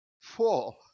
full